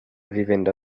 vivendo